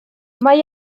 mae